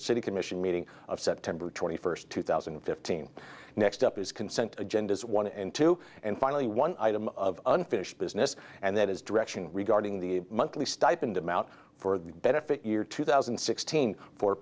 city commission meeting of september twenty first two thousand and fifteen next up is consent agendas one and two and finally one item of unfinished business and that is direction regarding the monthly stipend amount for the benefit year two thousand and sixteen for